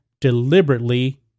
deliberately